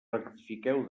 rectifiqueu